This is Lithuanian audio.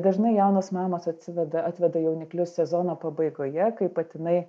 dažnai jaunos mamos atsiveda atveda jauniklius sezono pabaigoje kai patinai